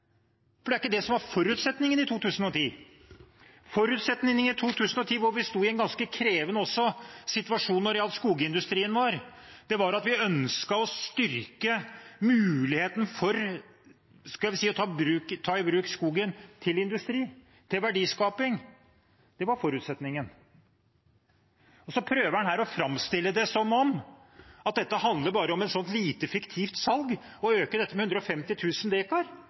for det var ikke det som var forutsetningen i 2010. Forutsetningen i 2010, hvor vi også sto i en ganske krevende situasjon når det gjaldt skogindustrien vår, var at vi ønsket å styrke muligheten for å ta i bruk skogen til industri, til verdiskaping. Det var forutsetningen. Så prøver man her å framstille det som om dette bare handler om et lite, fiktivt salg og å øke dette med